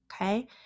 Okay